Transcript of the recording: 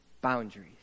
boundaries